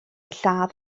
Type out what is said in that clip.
lladd